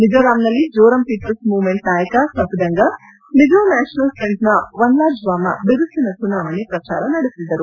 ಮಿಜೋರಾಂನಲ್ಲಿ Zoram people's movement ನಾಯಕ ಸಪ್ದಂಗ Mizo national ಫ್ರಂಟ್ನ ವನ್ಲಾಜ್ವಾಮ ಬಿರುಸಿನ ಚುನಾವಣೆ ಪ್ರಚಾರ ನಡೆಸಿದರು